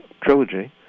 trilogy